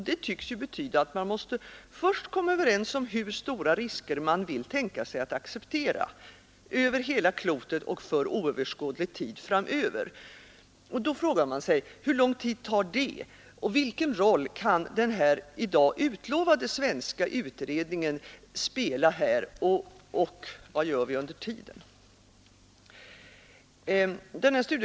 Det tycks betyda att man först måste komma överens om hur stora risker man vill tänka sig att acceptera — över hela klotet och för oöverskådlig tid framöver. Hur lång tid blir det? Vilken roll kan den i dag utlovade svenska utredningen spela här? Och vad gör vi under tiden?